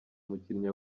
umukinnyi